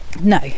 no